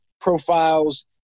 profiles